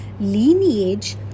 lineage